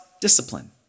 discipline